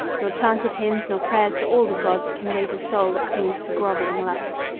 nor chanted hymns, nor prayers to all the gods, can raise a soul that clings to groveling lusts.